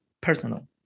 personal